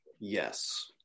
Yes